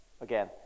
Again